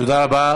תודה רבה.